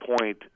point